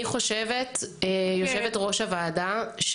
יושבת-ראש הוועדה,